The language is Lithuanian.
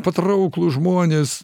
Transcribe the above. patrauklūs žmonės